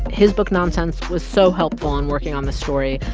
his book, nonsense, was so helpful in working on the story.